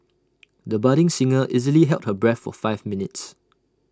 the budding singer easily held her breath for five minutes